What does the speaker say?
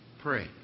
pray